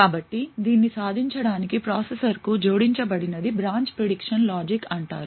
కాబట్టి దీన్ని సాధించడానికి ప్రాసెసర్కు జోడించబడినది బ్రాంచ్ ప్రిడిక్షన్ లాజిక్ అంటారు